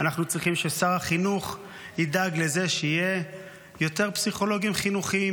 אנחנו צריכים ששר החינוך ידאג לזה שיהיו יותר פסיכולוגים חינוכיים,